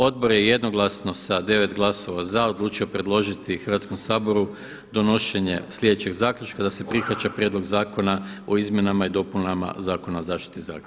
Odbor je jednoglasno sa 9 glasova za odlučio predložiti Hrvatskom saboru donošenje sljedećeg zaključka, da se prihvaća Prijedlog zakona o izmjenama i dopunama Zakona o zaštiti zraka.